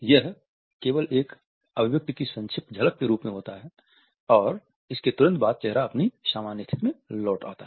यह केवल एक अभिव्यक्ति की संक्षिप्त झलक के रूप में होता है और इसके तुरंत बाद चेहरा अपनी सामान्य स्थिति में लौट आता है